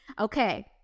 Okay